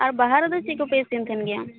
ᱟᱨ ᱵᱟᱦᱟᱨᱮᱫᱚ ᱪᱮᱫ ᱠᱚᱯᱮ ᱤᱥᱤᱱ ᱛᱟᱦᱮᱱ ᱜᱮᱭᱟ